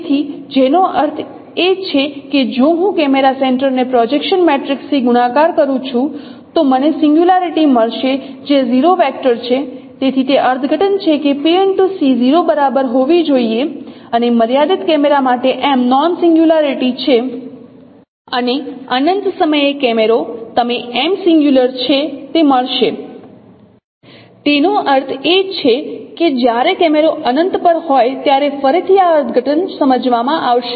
તેથી જેનો અર્થ એ છે કે જો હું કેમેરા સેન્ટર ને પ્રોજેક્શન મેટ્રિક્સ થી ગુણાકાર કરું છું તો મને સિંગ્યુલારિટી મળશે જે 0 વેક્ટર છે તેથી તે અર્થઘટન છે કે PC 0 ની બરાબર હોવી જોઈએ અને મર્યાદિત કેમેરા માટે M નોન સિંગ્યુલારિટી છે અને અનંત સમયે કેમેરો તમે M સિંગ્યુલર છે તે મળશે તેનો અર્થ એ છે કે જ્યારે કેમેરો અનંત પર હોય ત્યારે ફરીથી આ અર્થઘટન સમજવામાં આવશે